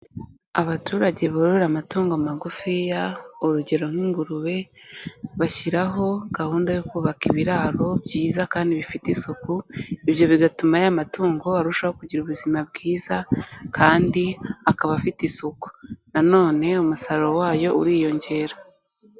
Abaturage borora amatungo magufiya urugero nk'ingurube, bashyiraho gahunda yo kubaka ibiraro byiza kandi bifite isuku, ibyo bigatuma ya matungo arushaho kugira ubuzima bwiza kandi akaba afite isuku. Na none umusaruro wayo uriyongera.